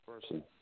person